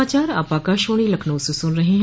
यह समाचार आप आकाशवाणी लखनऊ से सुन रहे हैं